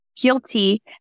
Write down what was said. guilty